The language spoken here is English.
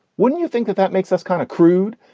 wouldn't you think that that makes us kind of crude?